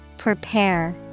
prepare